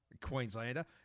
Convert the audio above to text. Queenslander